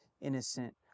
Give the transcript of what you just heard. innocent